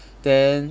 then